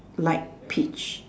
light peach